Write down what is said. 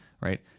right